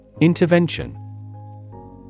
Intervention